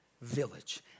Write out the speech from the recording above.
village